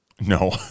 No